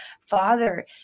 father